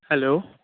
hello